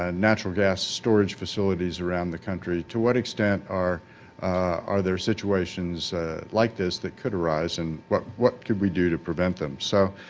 ah natural gas storage facilities around the country, to what extent are are their situations like this that could arise and what what could we do to prevent them? so